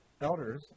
elders